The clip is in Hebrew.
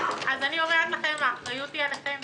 אני אומרת - האחריות היא עליכם.